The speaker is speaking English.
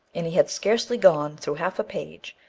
and he had scarcely gone through half a page,